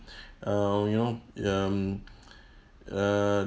err you know um err